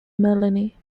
melanie